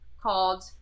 called